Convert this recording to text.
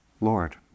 Lord